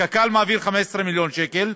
קק"ל מעבירה 15 מיליון שקל,